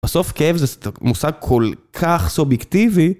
בסוף כאב זה מושג כל כך סובייקטיבי.